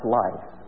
life